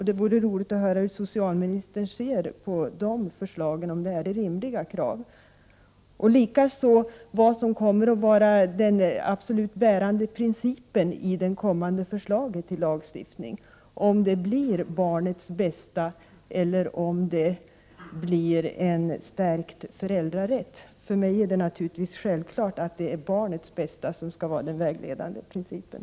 Det vore roligt att höra om socialministern anser att dessa krav är rimliga. Vilken princip kommer att vara den bärande i förslaget till ny lagstiftning? Kommer principen att bli barnets bästa eller en stärkt föräldrarätt? För mig är det naturligtvis självklart att det är barnets bästa som skall vara den vägledande principen.